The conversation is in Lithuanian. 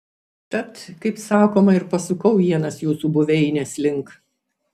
tad kaip sakoma ir pasukau ienas jūsų buveinės link